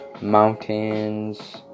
mountains